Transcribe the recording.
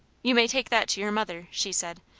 you may take that to your mother, she said,